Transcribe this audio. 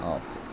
okay